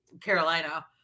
Carolina